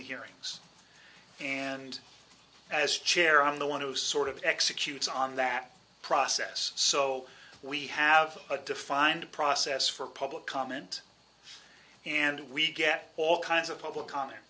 the hearings and as chair on the one who sort of executes on that process so we have a defined process for public comment and we get all kinds of public comment